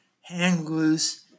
hang-loose